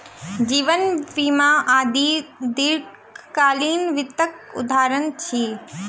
जीवन बीमा आदि दीर्घकालीन वित्तक उदहारण अछि